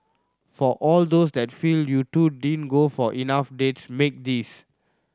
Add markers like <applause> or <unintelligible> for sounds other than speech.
for all those that feel you two don't <unintelligible> for enough dates make this